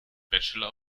bachelor